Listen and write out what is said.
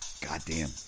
goddamn